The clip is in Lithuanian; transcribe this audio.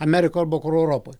amerikoj arba kur europoj